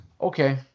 okay